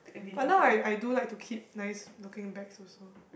but now I I do like to keep nice looking bags also